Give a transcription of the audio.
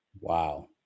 Wow